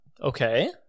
Okay